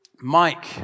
Mike